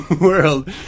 world